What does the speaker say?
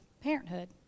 parenthood